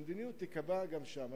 והמדיניות תיקבע גם שם.